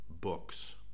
books